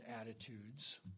attitudes